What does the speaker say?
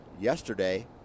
yesterday